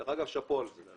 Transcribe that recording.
דרך אגב, שאפו על זה.